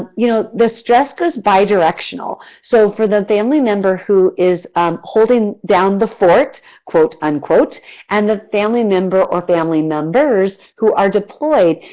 you know the stress goes bidirectional. so for the family member who is um holding down the fort and and the family member or family members who are deployed,